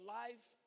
life